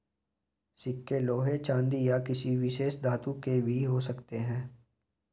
सिक्के लोहे चांदी या किसी विशेष धातु के भी हो सकते हैं